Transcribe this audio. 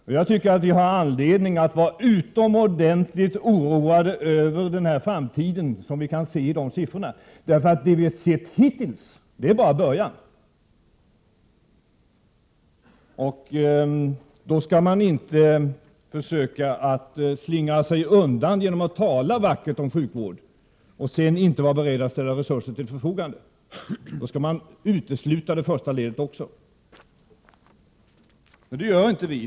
Det finns anledning att vara utomordentligt oroad över den framtid som kan utläsas i de siffrorna — det vi har sett hittills är bara början. Då skall man inte försöka slingra sig undan genom att tala vackert om sjukvård och sedan inte vara beredd att ställa resurser till förfogande, utan då skall man utesluta det första ledet också. Det gör inte vi.